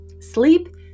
Sleep